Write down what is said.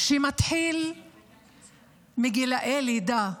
שמתחיל מגיל לידה,